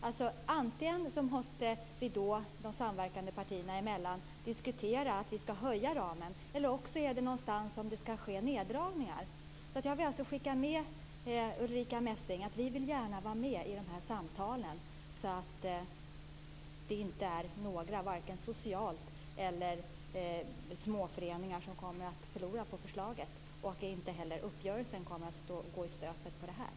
Antingen måste vi, de samverkande partierna emellan, diskutera att höja ramen, eller också skall det någonstans ske neddragningar. Jag vill alltså skicka med Ulrica Messing att vi gärna vill vara med i de här samtalen, så att varken några småföreningar eller människor socialt kommer att förlora på förslaget och så att inte heller uppgörelsen kommer att gå i stöpet på grund av detta.